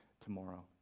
tomorrow